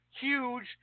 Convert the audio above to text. huge